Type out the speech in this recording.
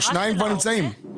שניים כבר נמצאים.